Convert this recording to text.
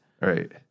Right